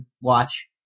watch